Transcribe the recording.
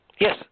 Yes